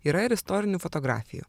yra ir istorinių fotografijų